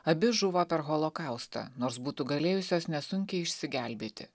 abi žuvo per holokaustą nors būtų galėjusios nesunkiai išsigelbėti